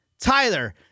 Tyler